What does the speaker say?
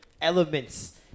elements